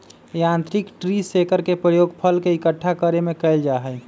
यांत्रिक tree shaker के प्रयोग फल के इक्कठा करे में कइल जाहई